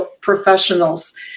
professionals